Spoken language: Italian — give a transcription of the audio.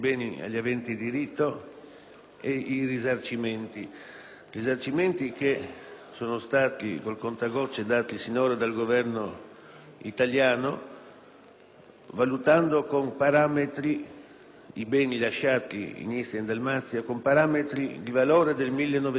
i risarcimenti, che finora sono stati dati con il contagocce dal Governo italiano, valutando i beni lasciati in Istria e in Dalmazia con parametri di valore del 1938.